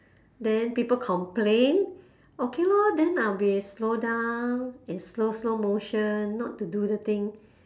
then people complain okay lor then I'll be slow down in slow slow motion not to do the thing